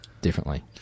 differently